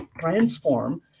transform